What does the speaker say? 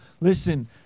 Listen